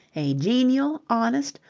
a genial, honest,